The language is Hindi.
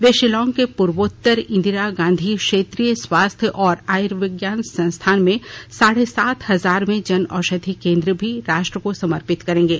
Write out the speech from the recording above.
वे शिलांग में पूर्वोत्तर इंदिरा गांधी क्षेत्रीय स्वास्थ्य और आयुर्विज्ञान संस्थान में साढ़े सात हजारवें जन औषधि केन्द्र भी राष्ट्र को समर्पित करेंगे